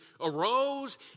arose